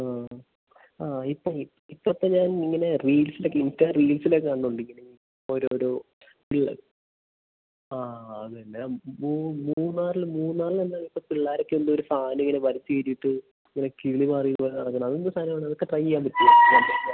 ആ ആ ഇപ്പോള് ഈ ഇപ്പോഴത്തെ ഞാനിങ്ങനെ റീൽസിലൊക്കെ ഇൻസ്റ്റാ റീൽസിലൊക്കെ കണ്ടുകൊണ്ടിരിക്കുകയാണ് ഇങ്ങനെ ഈ ഓരോരോ പിള്ളാര് ആ അതുതന്നെ ആ മൂന്നാറിലെന്താണ് പിള്ളേരൊക്കെ എന്തോ ഒരു സാധനമിങ്ങനെ വലിച്ചുകയറ്റിയിട്ട് ഇങ്ങനെ കിളിപാറിയത് പോലെ നടക്കുന്നത് അതെന്ത് സാധനമാണത് അതൊക്കെ ട്രൈ ചെയ്യാന് പറ്റുമോ വന്നുകഴിഞ്ഞാല്